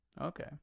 okay